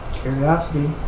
Curiosity